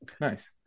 Nice